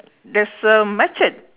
there's a machete